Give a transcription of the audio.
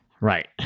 Right